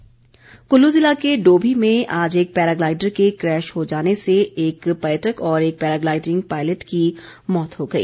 paragliding Kullu ज़िला के डोभी में आज एक पैराग्लाइडर के क्रैश हो जाने से एक पर्यटक और एक पैराग्लाइडिंग पायलट की मौत हो गई